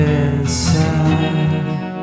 inside